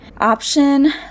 option